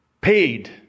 paid